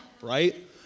Right